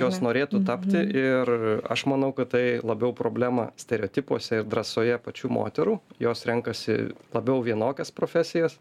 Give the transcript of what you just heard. jos norėtų tapti ir aš manau kad tai labiau problema stereotipuose ir drąsoje pačių moterų jos renkasi labiau vienokias profesijas